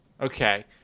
Okay